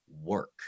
work